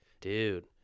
Dude